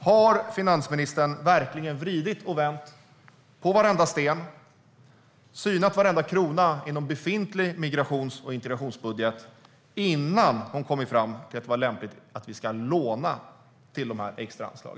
Har finansministern verkligen vridit och vänt på varenda sten och synat varenda krona i den befintliga migrations och integrationsbudgeten innan hon har kommit fram till att det är lämpligt att vi ska låna till dessa extra anslag?